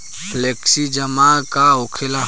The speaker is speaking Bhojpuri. फ्लेक्सि जमा का होखेला?